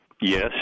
Yes